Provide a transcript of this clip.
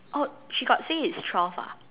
oh she got say it's twelve ah